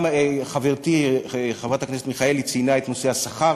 גם חברתי חברת הכנסת מיכאלי ציינה את נושא השכר,